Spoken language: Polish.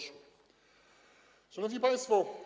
Szanowni Państwo!